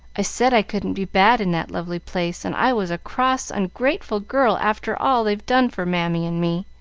i said i couldn't be bad in that lovely place, and i was a cross, ungrateful girl after all they've done for mammy and me.